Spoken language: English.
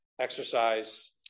Exercise